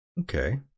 Okay